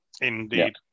indeed